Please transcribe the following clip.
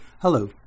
Hello